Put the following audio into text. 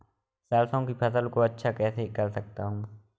सरसो की फसल को अच्छा कैसे कर सकता हूँ?